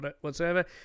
whatsoever